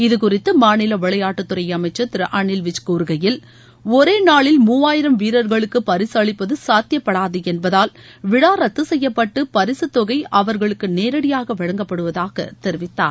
இது குறித்து மாநில விளையாட்டுத்துறை அமைச்சர் திரு அனில் விஜ் கூறுகையில் ஒரே நாளில் மூவாயிரம் வீரர்களுக்கு பரிசளிப்பது சாத்தியப்படாது என்பதால் விழா ரத்து செய்யப்பட்டு பரிகத் தொகை அவர்களுக்கு நேரடியாக வழங்கப்படுவதாக தெரிவித்தார்